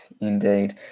indeed